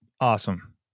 awesome